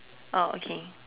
oh okay